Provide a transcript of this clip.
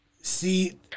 See